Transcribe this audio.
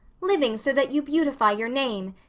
living so that you beautify your name,